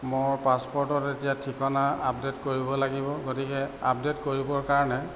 মোৰ পাছপৰ্টত এতিয়া ঠিকনা আপডেট কৰিব লাগিব গতিকে আপডেট কৰিবৰ কাৰণে